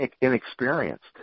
inexperienced